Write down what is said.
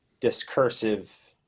discursive